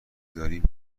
داریم